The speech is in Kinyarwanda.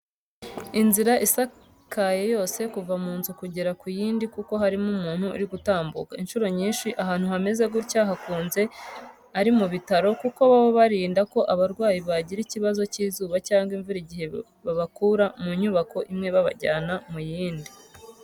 Inzira isakaye yose kuva ku nzu kugera ku yindi kuko harimo umuntu uri gutambuka. Inshuro nyinshi abantu hameze gutya hakunze ari mubitaro kuko baba birinda ko abarwayi bagira ikibazo k'izuba cyangwa imvura igihe babakura mu nyubako imwe babajyana mu yindi.